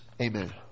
Amen